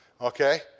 Okay